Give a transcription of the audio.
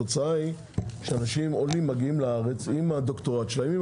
וכשהעולים מגיעים לארץ עם הדוקטורט שלהם,